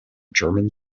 german